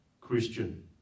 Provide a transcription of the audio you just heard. Christian